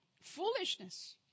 Foolishness